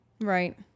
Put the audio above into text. right